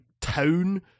town